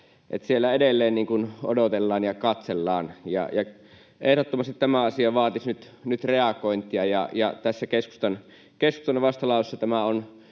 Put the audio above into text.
siellä edelleen odotellaan ja katsellaan. Ehdottomasti tämä asia vaatisi nyt reagointia, ja tässä keskustan vastalauseessa tämä on